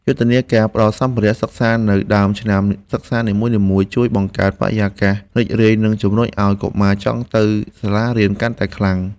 យុទ្ធនាការផ្តល់សម្ភារៈសិក្សានៅដើមឆ្នាំសិក្សានីមួយៗ ជួយបង្កើតបរិយាកាសរីករាយនិងជំរុញឱ្យកុមារចង់ទៅសាលារៀនកាន់តែខ្លាំង។